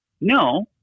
No